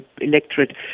electorate